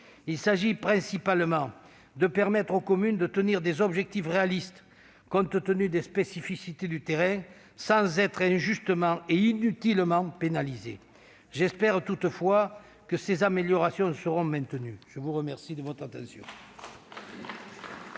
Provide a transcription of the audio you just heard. Il s'agit principalement de permettre aux communes de tenir des objectifs réalistes, compte tenu des spécificités du terrain, sans être injustement et inutilement pénalisées. J'espère toutefois que ces améliorations seront maintenues. La parole est à Mme